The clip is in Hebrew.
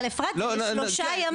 אבל אפרת זה שלושה ימים,